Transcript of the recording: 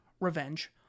revenge